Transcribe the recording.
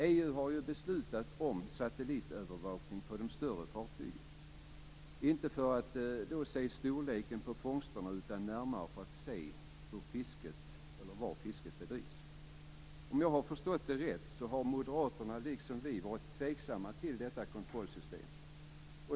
EU har ju beslutat om satellitövervakning på de större fartygen, inte för att se storleken på fångsterna utan närmare för att se var fisket bedrivs. Om jag har förstått det rätt har moderaterna liksom vi varit tveksamma till detta kontrollsystem.